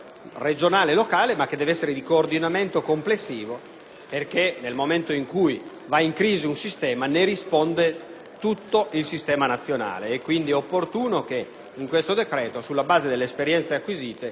regionale e locale ma di coordinamento complessivo, perché nel momento in cui va in crisi un sistema ne risponde tutto il sistema nazionale. Quindi è opportuno che in questo decreto, sulla base delle esperienze acquisite,